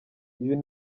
uyu